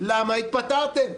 למה התפטרתם?